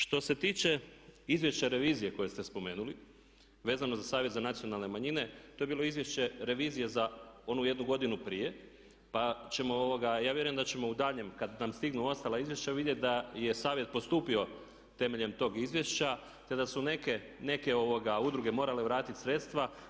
Što se tiče izvješća revizije koje ste spomenuli vezano za Savjet za nacionalne manjine to je bilo izvješće revizije za onu jednu godinu prije, pa ćemo, ja vjerujem da ćemo u daljnjem kad nam stignu ostala izvješća vidjet da je savjet postupio temeljem tog izvješća, te da su neke udruge morale vratiti sredstva.